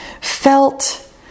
felt